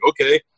Okay